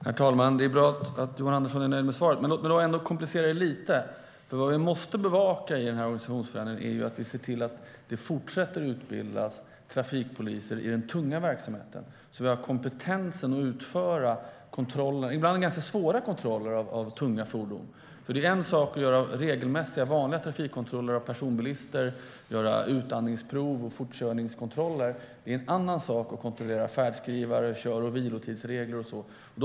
Herr talman! Det är bra att Johan Andersson är nöjd med svaret. Låt mig dock komplicera det hela lite. Vad vi måste bevaka i organisationsförändringen är att vi ser till att det fortsätter att utbildas trafikpoliser i den tunga verksamheten, så att vi har kompetensen att utföra kontroller. Det är ibland svårt att kontrollera tunga fordon. Det är en sak att göra regelmässiga, vanliga trafikkontroller av personbilister, såsom utandningsprov och fortkörningskontroller, och en annan att kontrollera färdskrivare, kör och vilotidsregler och så vidare.